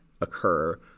occur